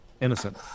Innocent